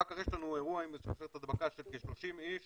אחר כך יש לנו אירוע עם שרשרת הדבקה של כ-30 איש,